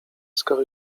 skoro